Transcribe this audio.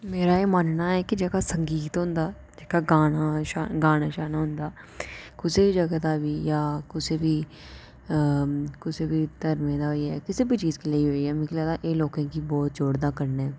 मेरा एह् मन्नना ऐ की जेह्का संगीत होंदा जेह्का गाना गाना शाना होंदा कुसै जगह दा बी जां कुसै बी कुसै बी धर्में दा होई गेआ चीज़ै गी लेइयै होई दा मिगी लगदा एह् लोकें गी बहुत जोड़दा कन्नै